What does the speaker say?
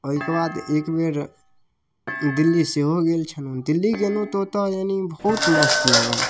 ओहिके बाद एकबेर दिल्ली सेहो गेल छलहुँ दिल्ली गेलहुँ तऽ ओतऽ यानि बहुत मस्त लागल